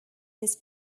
this